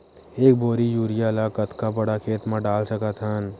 एक बोरी यूरिया ल कतका बड़ा खेत म डाल सकत हन?